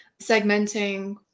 segmenting